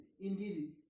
indeed